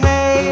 Hey